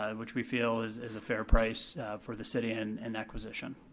um which we feel is is a fair price for the city and and acquisition.